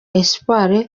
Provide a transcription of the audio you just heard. espoir